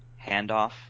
handoff